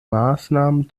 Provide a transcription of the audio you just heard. maßnahmen